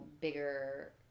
bigger